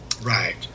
Right